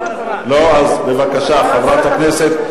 בבקשה, חברת הכנסת.